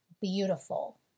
beautiful